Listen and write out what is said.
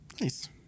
nice